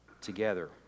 together